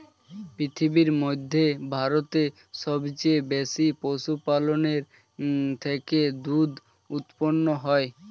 পৃথিবীর মধ্যে ভারতে সবচেয়ে বেশি পশুপালনের থেকে দুধ উৎপন্ন হয়